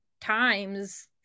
times